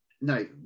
no